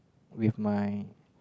with my